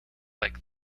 like